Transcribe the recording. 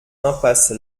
impasse